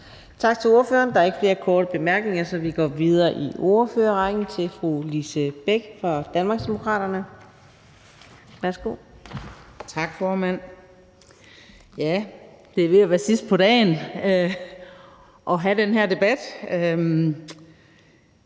Tak til ordføreren. Der er ikke flere korte bemærkninger. Så vi går videre i ordførerrækken til fru Lise Bech fra Danmarksdemokraterne. Værsgo. Kl. 22:50 (Ordfører) Lise Bech (DD): Tak, formand. Det er ved at være sidst på dagen at have den her debat.